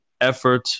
effort